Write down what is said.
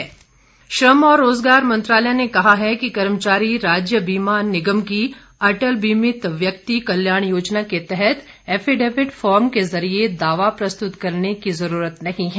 श्रम दावा श्रम और रोजगार मंत्रालय ने कहा है कि कर्मचारी राज्य बीमा निगम की अटल बीमित व्यक्ति कल्याण योजना के तहत एफिडेविट फॉर्म के जरिये दावा प्रस्तुत करने की जरूरत नहीं है